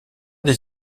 des